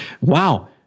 Wow